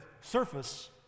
surface